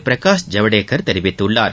பிரகாஷ் ஜவ்டேகர் தெரிவித்துள்ளார்